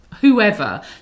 whoever